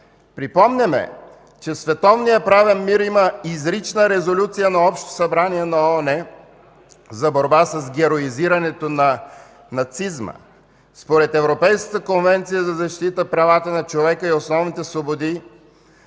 световния правен мир има изрична резолюция на Общото събрание на ООН за борба с героизирането на нацизма. Според Европейската конвенция за защита правата на човека и основните свободи,